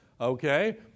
Okay